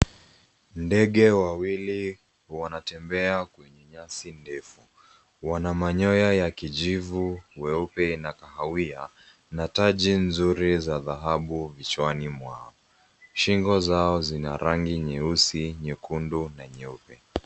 Ndege wawili wanatembea kwenye nyasi ndefu. Wana manyoya ya kijivu meupe na kahawia na taji nzuri za dhahabu kichwani mwao. Shingo zao zina rangi nyeusi, nyekundu na nyeupe.